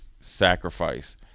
sacrifice